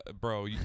Bro